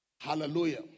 Hallelujah